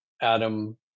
Adam